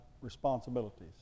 responsibilities